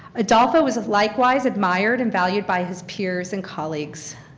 adolfo was likewise admired and valued by his peers and colleagues.